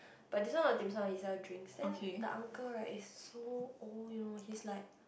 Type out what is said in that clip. but this one not dim sum he sell drinks then the uncle right is so old you know he's like